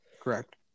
Correct